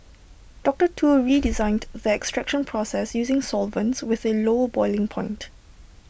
doctor Tu redesigned the extraction process using solvents with A low boiling point